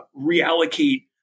reallocate